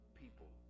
people